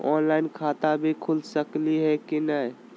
Online खाता भी खुल सकली है कि नही?